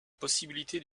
possibilité